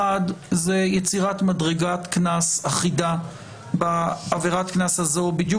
1. יצירת מדרגת קנס אחידה בעבירת הקנס הזאת בדיוק